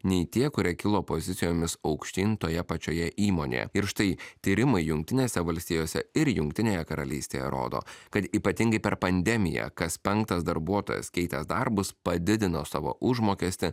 nei tie kurie kilo pozicijomis aukštyn toje pačioje įmonėje ir štai tyrimai jungtinėse valstijose ir jungtinėje karalystėje rodo kad ypatingai per pandemiją kas penktas darbuotojas keitęs darbus padidino savo užmokestį